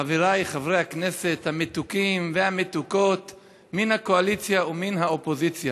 חבריי חברי הכנסת המתוקים והמתוקות מן הקואליציה ומן האופוזיציה,